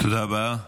תודה רבה.